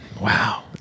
Wow